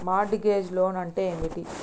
Mart gauge loan అంటే ఏమిటి?